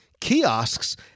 kiosks